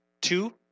Two